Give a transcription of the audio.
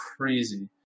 crazy